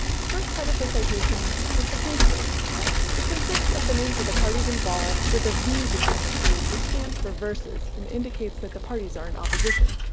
the first part of the citation is the case name it consists of the names of the parties involved, with a v. between the two, which stands for versus, and indicates that the parties are in opposition.